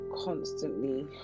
constantly